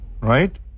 right